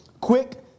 quick